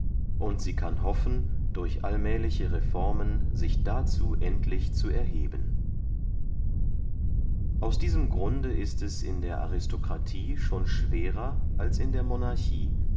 und sie kann hoffen durch allmähliche reformen sich dazu endlich zu erheben aus diesem grunde ist es in der aristokratie schon schwerer als in der monarchie